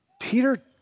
Peter